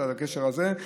עם הגשר הזה.